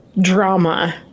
drama